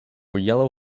yellow